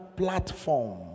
platform